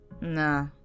Nah